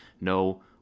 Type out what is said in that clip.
no